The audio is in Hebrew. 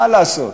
מה לעשות.